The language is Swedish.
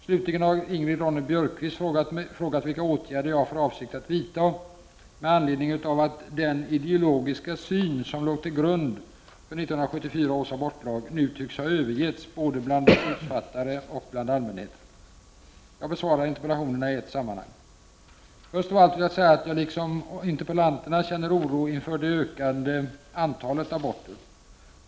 Slutligen har Ingrid Ronne-Björkqvist frågat vilka åtgärder jag har för avsikt att vidta med anledning av att den ideologiska syn som låg till grund för 1974 års abortlag nu tycks ha övergetts både bland beslutsfattare och bland allmänheten. Jag besvarar interpellationerna i ett sammanhang. Först av allt vill jag säga att jag, liksom interpellanterna, känner oro inför det ökande antalet aborter.